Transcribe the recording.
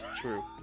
True